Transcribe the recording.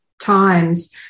times